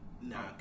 Nah